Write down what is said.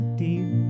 deep